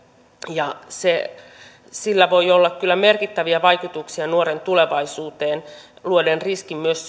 ja sillä voi olla kyllä merkittäviä vaikutuksia nuoren tulevaisuuteen luoden riskin myös